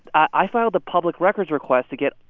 i filed a public records request to get,